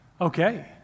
Okay